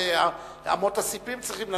אמות הספים צריכות לנוע.